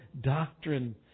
doctrine